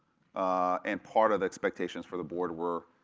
ah and part of the expectations for the board were,